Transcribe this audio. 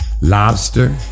lobster